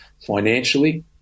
financially